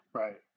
right